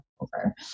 over